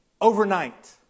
overnight